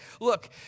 look